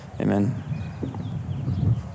Amen